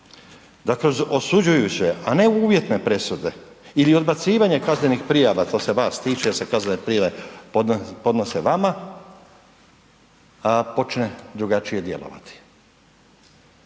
da kroz osuđujuće, a ne uvjetne presude ili odbacivanje kaznenih prijava, to se vas tiče jer se kaznene prijave podnose vama, počne drugačije djelovati.